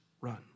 run